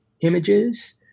images